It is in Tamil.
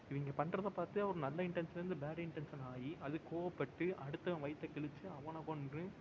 இவங்கப் பண்ணுறதப் பார்த்து ஒரு நல்ல இன்டன்ஷன்லேருந்து பேட் இன்டன்ஷன் ஆகி அது கோபப்பட்டு அடுத்தவன் வயிற்றை கிழிச்சி அவனைக் கொன்று